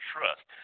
Trust